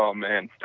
um man.